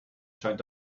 scheint